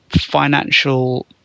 financial